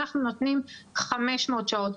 אנחנו נותנים 500 שעות.